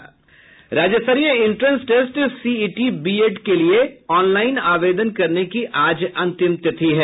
राज्य स्तरीय entrance test CET BEd के लिए ऑनलाईन आवेदन करने की आज अंतिम तिथि है